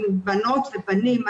בנות ובנים,